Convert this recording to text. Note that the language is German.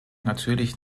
natürlich